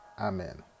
Amen